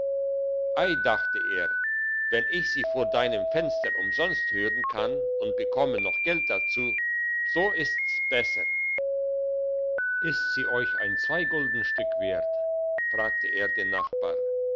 ei dachte er wenn ich sie vor deinem fenster umsonst hören kann und bekomme noch geld dazu so ists besser ist sie euch ein zweiguldenstück wert fragte er den nachbar